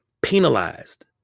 penalized